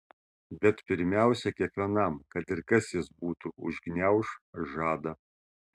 bet pirmiausia kiekvienam kad ir kas jis būtų užgniauš žadą